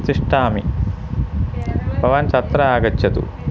तिष्ठामि भवान् तत्र आगच्छतु